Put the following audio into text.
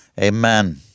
Amen